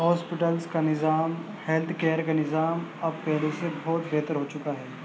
hospitals کا نظام health care کا نظام اب پہلے سے بہت بہتر ہوچکا ہے